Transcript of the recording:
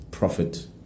Profit